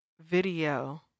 video